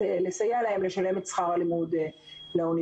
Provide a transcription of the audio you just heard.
לסייע להם לשלם את שכר הלימוד לאוניברסיטה.